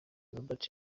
robert